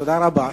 תודה רבה.